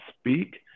speak